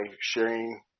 sharing